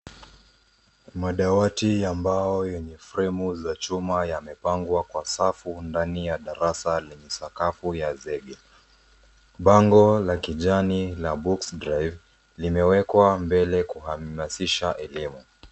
Madawati ya mbao yenye fremu za chuma yamepangwa kwa safu ndani ya darasa lenye sakafu ya zege. Bango la kijani la books drive limewekwa mbele kuhamasisha elimu.